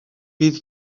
bydd